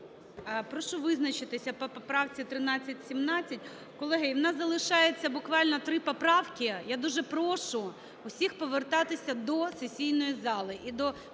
Прошу визначитися по поправці 1317. Колеги, в нас залишається буквально три поправки. Я дуже прошу всіх повертатися до сесійної зали.